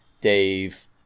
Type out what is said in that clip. dave